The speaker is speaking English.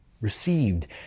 received